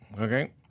Okay